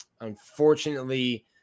unfortunately